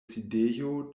sidejo